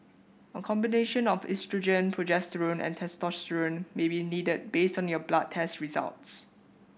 a combination of oestrogen progesterone and testosterone may be needed based on your blood test results